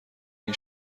این